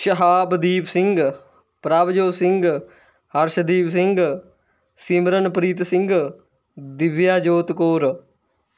Shahabdeep Singh Prabhjot Singh Harshdeep Singh Simranpreet Singh Divyajot Kaur